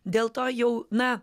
dėl to jau na